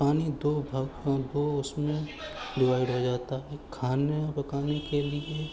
پانی دو بھاگوں میں دو اس میں ڈوائڈ ہو جاتا ہے ایک کھانا پکانے کے لیے